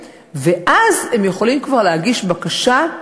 ואז הם יכולים כבר להגיש בקשה,